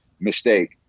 mistake